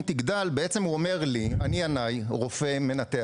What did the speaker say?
תגדל הוא בעצם אומר לי אני רופא מנתח